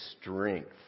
strength